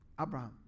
Abraham